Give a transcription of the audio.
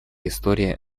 истории